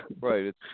Right